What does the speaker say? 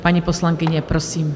Paní poslankyně, prosím.